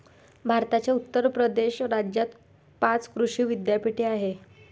भारताच्या उत्तर प्रदेश राज्यात पाच कृषी विद्यापीठे आहेत